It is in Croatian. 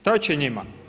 Šta će njima?